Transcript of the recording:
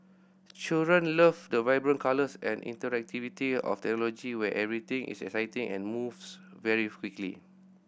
children love the vibrant colours and interactivity of technology where everything is exciting and moves very quickly